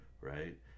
right